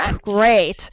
great